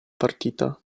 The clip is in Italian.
partita